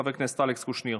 חבר הכנסת אלכס קושניר,